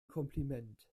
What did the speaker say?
kompliment